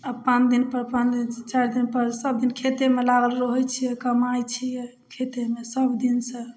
पाँच दिन पर पानि चारि दिन पर सब दिन खेतेमे लागल रहै छी कमाए छियै खेतेमे सब दिन सऽ